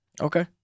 Okay